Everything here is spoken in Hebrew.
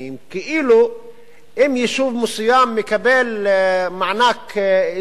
כאילו אם יישוב מסוים מקבל מענק איזון,